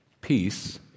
peace